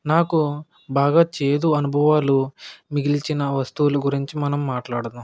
నాకు బాగా చేదు అనుభవాలు మిగిల్చిన వస్తువులు గురించి మనం మాట్లాడదాం